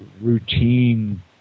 routine